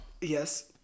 Yes